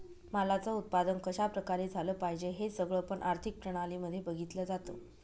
मालाच उत्पादन कशा प्रकारे झालं पाहिजे हे सगळं पण आर्थिक प्रणाली मध्ये बघितलं जातं